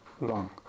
long